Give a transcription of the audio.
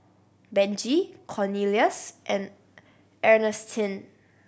Benji Cornelious and Ernestine